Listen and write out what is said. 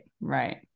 right